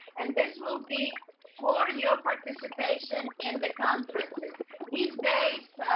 and this will be for your participation. in the conferences these days,